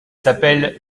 s’appelle